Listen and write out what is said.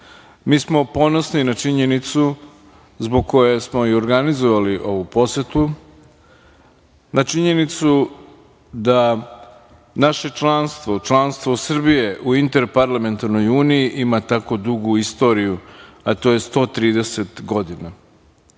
smo ponosni na činjenicu zbog koje smo i organizovali ovu posetu, na činjenicu da naše članstvo, članstvo Srbije u Interparlamentarnoj uniji ima tako dugu istoriju, a to je 130 godina. Srbija